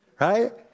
right